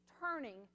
turning